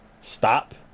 stop